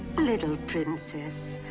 little princess,